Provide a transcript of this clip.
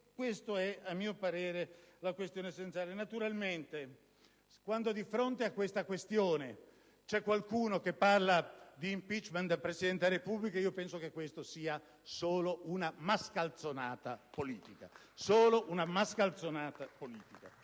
Questa è a mio parere la questione essenziale. Naturalmente, quando di fronte a tale questione c'è qualcuno che parla di *impeachment* del Presidente della Repubblica penso che si tratti solo di una mascalzonata politica.